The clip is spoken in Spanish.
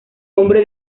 hombre